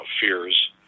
fears